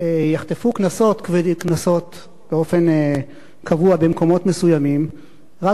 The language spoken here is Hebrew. יחטפו קנסות באופן קבוע במקומות מסוימים רק בגלל ש-100